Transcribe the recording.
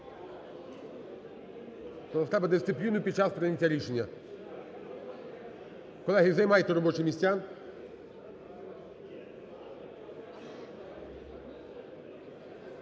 Тож треба дисципліну під час прийняття рішення. Колеги, займайте робочі місця.